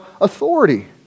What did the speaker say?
authority